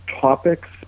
topics